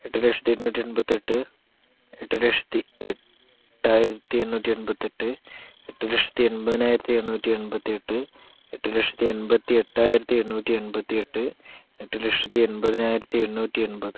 എട്ടുലക്ഷത്തി എണ്ണൂറ്റി എൺപത്തി എട്ട് എട്ടുലക്ഷത്തി എട്ടായിരത്തി എണ്ണൂറ്റി എൺപത്തി എട്ട് എട്ടുലക്ഷത്തി എണ്പതിനായിരത്തി എണ്ണൂറ്റി എൺപത്തി എട്ട് എട്ടുലക്ഷത്തി എൺപതെട്ടായിരത്തി എണ്ണൂറ്റി എൺപത്തി എട്ട് എട്ടുലക്ഷത്തി എൺപതിനായിരത്തി എണ്ണൂറ്റി എൺപത്